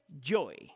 joy